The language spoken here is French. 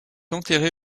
enterré